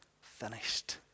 finished